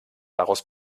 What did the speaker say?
daraus